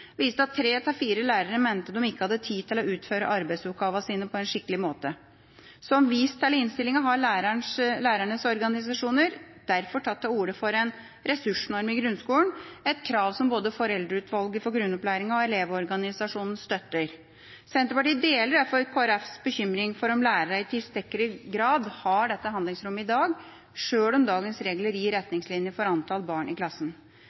viste at tre av fire lærere mente de ikke hadde tid til å utføre arbeidsoppgavene sine på en skikkelig måte. Som vist til i innstillinga har lærernes organisasjoner derfor tatt til orde for en ressursnorm i grunnskolen, et krav som både Foreldreutvalget for grunnopplæringen og Elevorganisasjonen støtter. Senterpartiet deler derfor Kristelig Folkepartis bekymring for om lærerne i tilstrekkelig grad har dette handlingsrommet i dag, sjøl om dagens regler gir retningslinjer for antall barn i klassen.